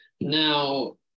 Now